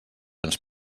ens